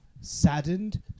saddened